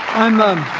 i'm them